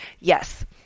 Yes